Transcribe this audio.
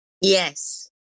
yes